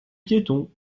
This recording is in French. piétons